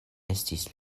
estis